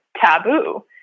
taboo